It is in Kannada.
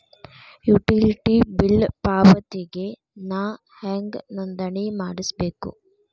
ಯುಟಿಲಿಟಿ ಬಿಲ್ ಪಾವತಿಗೆ ನಾ ಹೆಂಗ್ ನೋಂದಣಿ ಮಾಡ್ಸಬೇಕು?